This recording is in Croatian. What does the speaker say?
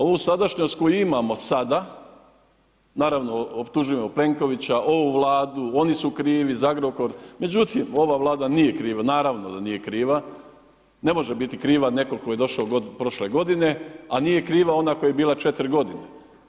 Ovu sadašnjost koju imamo sada, naravno optužujemo Plenkovića, ovu Vladu, oni su krivi za Agrokor, međutim ova Vlada nije kriva, naravno da nije kriva, ne može biti kriva, netko tko je došao prošle godine, a nije kriva ona koja je bila četiri godine.